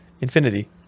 Infinity